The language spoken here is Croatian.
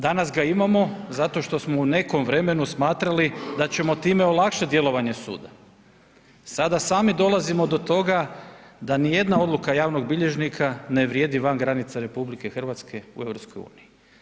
Danas ga imamo zato što smo u nekom vremenu smatrali da ćemo time olakšati djelovanje suda, sada sami dolazimo do toga da nijedna odluka javnog bilježnika ne vrijedi van granica RH u EU.